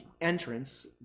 entrance